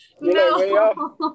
no